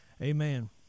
amen